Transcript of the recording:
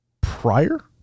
prior